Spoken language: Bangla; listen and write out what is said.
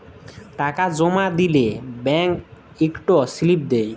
টাকা জমা দিলে ব্যাংক ইকট সিলিপ দেই